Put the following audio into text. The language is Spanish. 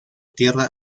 tierra